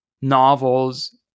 novels